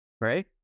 Right